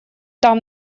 там